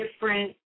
different